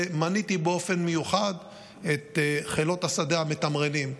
ומניתי באופן מיוחד את חילות השדה המתמרנים,